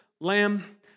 lamb